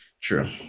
true